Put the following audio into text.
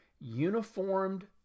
uniformed